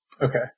Okay